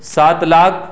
سات لاکھ